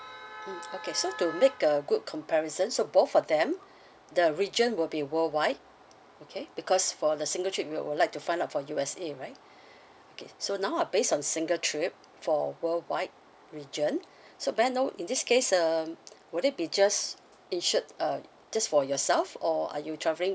mm okay so to make a good comparison so both of them the region will be worldwide okay because for the single trip we would would like to find out for U_S_A right okay so now uh based on single trip for worldwide region so may I know in this case um would it be just insured uh just for yourself or are you travelling